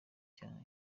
icyaha